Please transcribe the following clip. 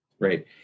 Great